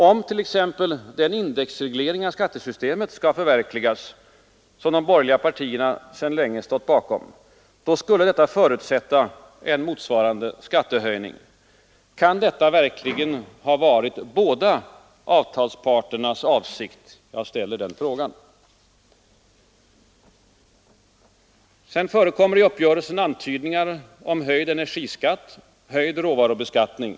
Om den indexreglering av skattesystemet exempelvis skall förverkligas som de borgerliga partierna sedan länge stått bakom, skulle detta förutsätta en motsvarande skattehöjning. Kan detta verkligen ha varit båda avtalsparternas avsikt? Sedan förekommer i uppgörelsen antydningar om höjd energioch råvarubeskattning.